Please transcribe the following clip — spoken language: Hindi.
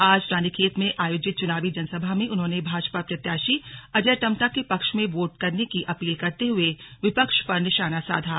आज रानीखेत में आयोजित चुनावी जनसभा में उन्होंने भाजपा प्रत्याक्षी अजय टम्टा के पक्ष में वोट करने की अपील करते हुए विपक्ष पर निशाना साधा